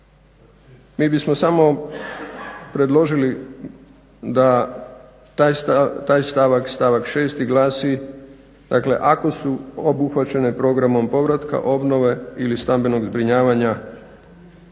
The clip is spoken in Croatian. mi bismo samo predložili da taj stavak, stavak 6. glasi: "Dakle, ako su obuhvaćene programom povratka obnove ili stambenog zbrinjavanja